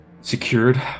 secured